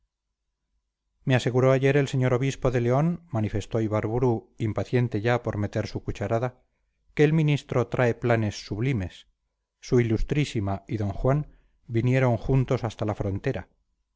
me aseguró ayer el señor obispo de león manifestó ibarburu impaciente ya por meter su cucharada que el ministro trae planes sublimes su ilustrísima y d juan vinieron juntos hasta la frontera